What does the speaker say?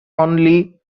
only